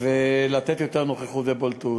ולתת יותר נוכחות ובולטות.